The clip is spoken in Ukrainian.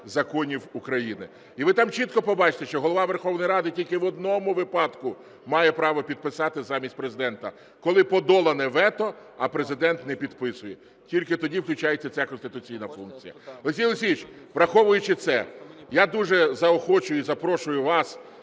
законів України. І ви там чітко побачите, що Голова Верховної Ради тільки в одному випадку має право підписати замість Президента, коли подолане вето, а Президент не підписує, тільки тоді включається ця конституційна функція. Олексію Олексійовичу, враховуючи це, я дуже заохочую і запрошую вас